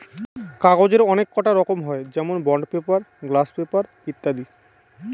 কাগজের অনেককটা রকম হয় যেমন বন্ড পেপার, গ্লাস পেপার ইত্যাদি